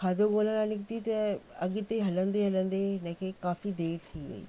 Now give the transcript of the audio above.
खाधो ॻोल्हण लाइ निकिती त अॻिते हलंदे हलंदे हिनखे काफ़ी देरि थी वई